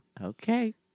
Okay